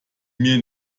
mir